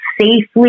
safely